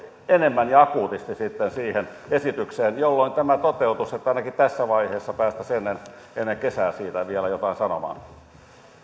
enemmän ja akuutisti siihen esitykseen jolloin tämä toteutuisi että ainakin tässä vaiheessa päästäisiin ennen ennen kesää siitä vielä jotain sanomaan